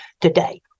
today